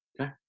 Okay